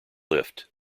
lift